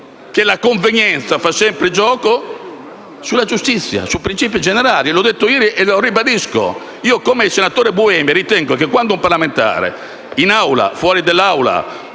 che la convenienza prevale sempre sulla giustizia e su principi generali. L'ho detto ieri e lo ribadisco. Io, come il senatore Buemi, ritengo che quando un parlamentare, in Aula o fuori dall'Aula